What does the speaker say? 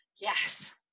yes